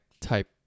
type